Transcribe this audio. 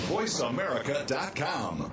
VoiceAmerica.com